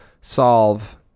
solve